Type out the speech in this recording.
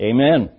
Amen